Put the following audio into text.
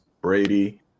Brady